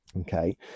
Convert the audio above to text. okay